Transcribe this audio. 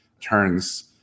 turns